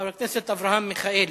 חבר הכנסת אברהם מיכאלי,